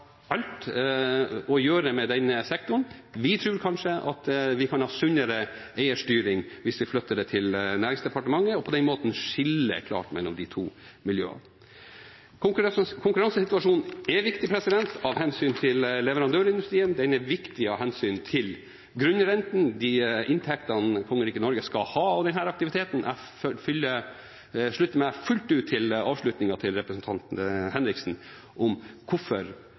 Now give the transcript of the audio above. å gjøre med denne sektoren. Vi tror at vi kanskje kan ha sunnere eierstyring hvis vi flytter det til Næringsdepartementet og på den måten skiller klart mellom de to miljøene. Konkurransesituasjonen er viktig av hensyn til leverandørindustrien, den er viktig av hensyn til grunnrenten, de inntektene kongeriket Norge skal ha av denne aktiviteten. Jeg slutter meg fullt ut til representanten Henriksens avslutning om hvorfor